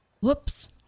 Whoops